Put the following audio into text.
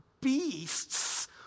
beasts